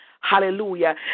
Hallelujah